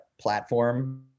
platform